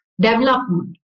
development